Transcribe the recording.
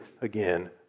again